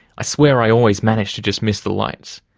i swear i always manage to just miss the lights.